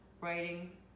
writing